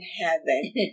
heaven